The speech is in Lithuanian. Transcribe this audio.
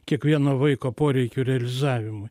kiekvieno vaiko poreikių realizavimui